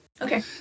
Okay